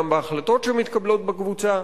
גם בהחלטות שמתקבלות בקבוצה,